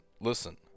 Listen